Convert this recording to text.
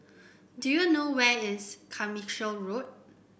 do you know where is Carmichael Road